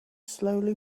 slowly